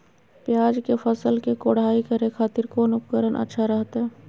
प्याज के फसल के कोढ़ाई करे खातिर कौन उपकरण अच्छा रहतय?